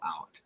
out